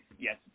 Yes